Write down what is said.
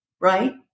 Right